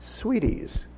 Sweeties